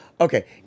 Okay